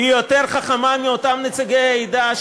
היא יותר חכמה מאותם נציגי העדה,